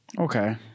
okay